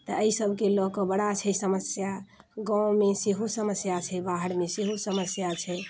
तऽ अइ सभके लऽ कऽ बड़ा छै समस्या गाँवमे सेहो समस्या छै बाहरमे सेहो समस्या छै